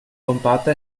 compatta